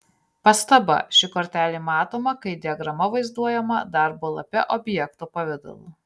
pastaba ši kortelė matoma kai diagrama vaizduojama darbo lape objekto pavidalu